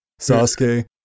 Sasuke